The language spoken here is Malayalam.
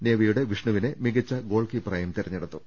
നേവിയുടെ വിഷ്ണുവിനെ മികച്ച ഗോൾ കീപ്പറായും തെരഞ്ഞെടുത്തു